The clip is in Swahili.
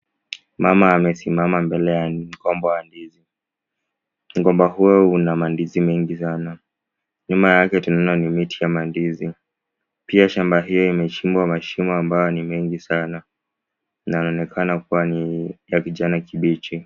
Mama amesimama mbele ya mgomba wa ndizi, mgomba huo una mandizi mengi sana. Nyuma yake tunaona ni miti ya mandizi. Pia shamba hiyo imechimbwa mashimo ambayo ni mengi sana na yanaonekana kuwa ni ya kijani kibichi.